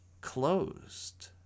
closed